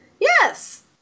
Yes